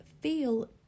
feel